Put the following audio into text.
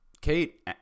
Kate